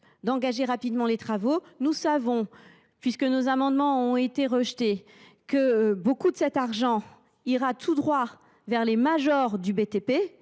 d’engager rapidement les travaux. Nous savons, puisque nos amendements ont été rejetés, que beaucoup de cet argent ira droit aux majors du BTP.